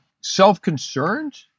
self-concerned